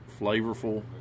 flavorful